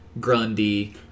Grundy